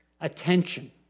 Attention